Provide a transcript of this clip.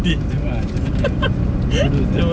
german ah german punya dua dua kereta ah